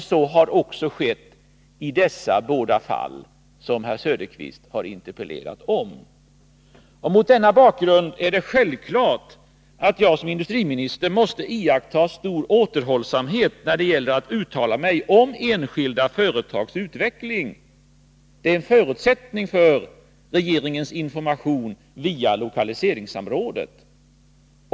Så har skett också i de båda fall som herr Söderqvist har interpellerat om. Om verksamheten Mot denna bakgrund är det självklart att jag som industriminister måste — vid verkstadsföiaktta stor återhållsamhet när det gäller att uttala mig om enskilda företags retagen Bahco utveckling — det är en förutsättning för regeringens information via och Sandvik lokaliseringssamrådet.